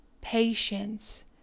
patience